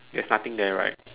there's nothing there right